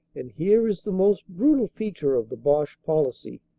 and here is the most brutal feature of the boche policy.